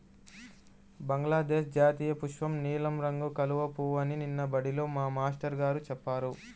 బంగ్లాదేశ్ జాతీయపుష్పం నీలం రంగు కలువ పువ్వు అని నిన్న బడిలో మా మేష్టారు గారు చెప్పారు